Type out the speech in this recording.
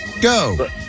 Go